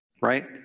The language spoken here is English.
Right